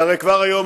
והרי כבר היום,